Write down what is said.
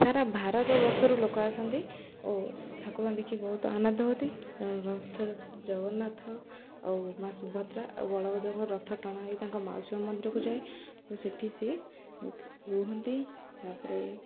ସାରା ଭାରତ ବର୍ଷରୁ ଲୋକ ଆସନ୍ତି ଓ ଠାକୁରଙ୍କୁ ଦେଖିକି ବହୁତ ଆନନ୍ଦ ହୁଅନ୍ତି ରଥ ଜଗନ୍ନାଥ ଆଉ ମାଆ ସୁଭଦ୍ରା ଆଉ ବଳଭଦ୍ରଙ୍କ ରଥ ଟଣା ହୋଇ ତାଙ୍କ ମାଉସୀ ମାଆ ମନ୍ଦିରକୁ ଯାଏ ଓ ସେଠି ସିଏ ରୁହନ୍ତି ତାପରେ